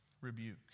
rebuke